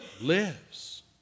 lives